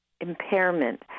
impairment